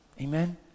Amen